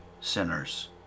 sinners